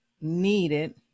needed